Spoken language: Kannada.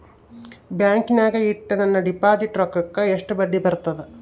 ಬ್ಯಾಂಕಿನಾಗ ಇಟ್ಟ ನನ್ನ ಡಿಪಾಸಿಟ್ ರೊಕ್ಕಕ್ಕ ಎಷ್ಟು ಬಡ್ಡಿ ಬರ್ತದ?